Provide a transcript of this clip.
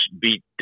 beat